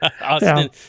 Austin